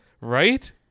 Right